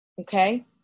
okay